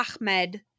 Ahmed